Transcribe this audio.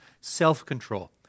self-control